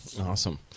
Awesome